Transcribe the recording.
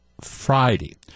Friday